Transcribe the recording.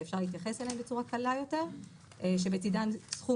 שאפשר להתייחס אליהן בצורה קלה יותר שבצדן סכום